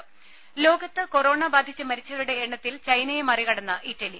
ടെടി ലോകത്ത് കൊറോണ ബാധിച്ച് മരിച്ചവരുടെ എണ്ണത്തിൽ ചൈനയെ മറികടന്ന് ഇറ്റലി